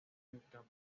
víctimas